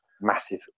massive